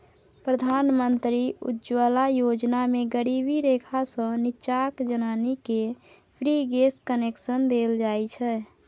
प्रधानमंत्री उज्जवला योजना मे गरीबी रेखासँ नीच्चाक जनानीकेँ फ्री गैस कनेक्शन देल जाइ छै